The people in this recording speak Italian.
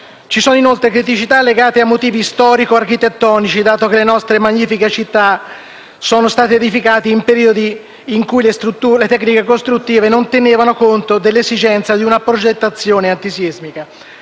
Ci sono inoltre criticità legate a motivi storico-architettonici dato che le nostre magnifiche città sono state edificate in periodi in cui le tecniche costruttive non tenevano conto dell'esigenza di una progettazione antisismica.